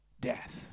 death